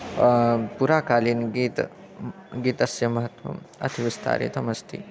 पुराकालीनगीत्ं गीतस्य महत्वम् अतिविस्तारितमस्ति